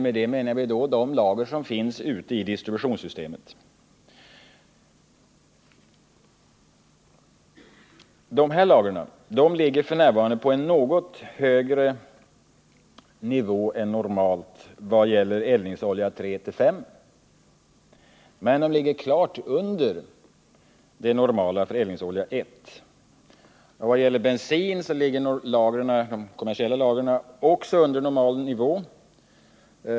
Med det menar vi de lager som finns ute i distributionssystemet. Dessa lager ligger f. n. på en något högre nivå än normalt vad gäller eldningsolja 3-5, men de ligger klart under det normala vad gäller eldningsolja 1. Också i fråga om bensin ligger de kommersiella lagren under normal nivå.